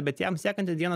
bet jam sekančią dieną